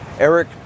Eric